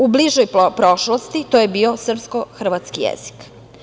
U bližoj prošlosti to je bio srpsko-hrvatski jezik.